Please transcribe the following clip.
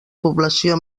població